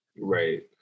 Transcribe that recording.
Right